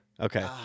Okay